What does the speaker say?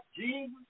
Jesus